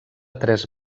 tres